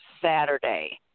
Saturday